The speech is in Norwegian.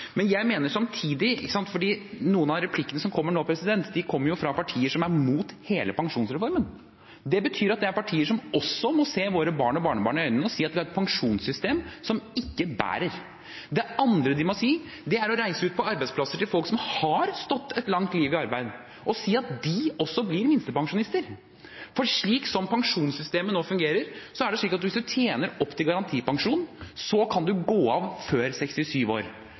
Men samtidig kommer noen av replikkene nå fra partier som er mot hele pensjonsreformen. Det betyr at det er partier som også må se barn og barnebarn i øynene og si at vi har et pensjonssystem som ikke bærer seg. Det andre de må gjøre, er å reise ut på arbeidsplassene til folk som har stått et langt liv i arbeid, og si at de også blir minstepensjonister, for slik pensjonssystemet nå fungerer, er det slik at hvis man tjener opptil garantipensjonen, kan man gå av før fylte 67 år.